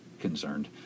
concerned